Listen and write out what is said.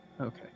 Okay